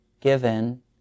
given